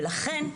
לכן,